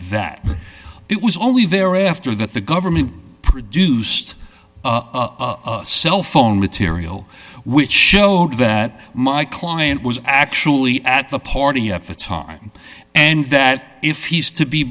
that it was only there after that the government produced cellphone material which showed that my client was actually at the party at the time and that if he's to be